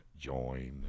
join